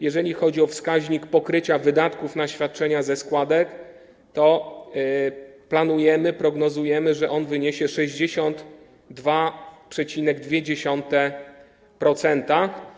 Jeżeli chodzi o wskaźnik pokrycia wydatków na świadczenia ze składek, to planujemy, prognozujemy, że on wyniesie 62,2%.